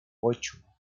ocho